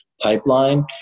pipeline